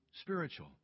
spiritual